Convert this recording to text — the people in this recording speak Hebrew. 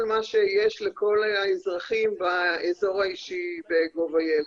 מה שיש לכל האזרחים באזור האישי ב-gov.il.